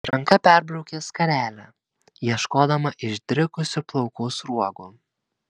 ranka perbraukė skarelę ieškodama išdrikusių plaukų sruogų